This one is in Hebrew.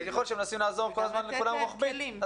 וככל שמנסים לעזור כל הזמן לכולם רוחבית,